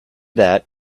that